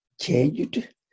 changed